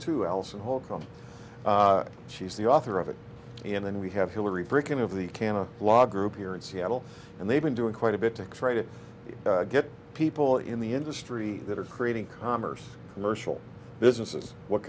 to allison holcomb she's the author of it and then we have hillary breaking of the kana law group here in seattle and they've been doing quite a bit to try to get people in the industry that are creating commerce commercial businesses what